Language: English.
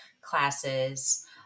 classes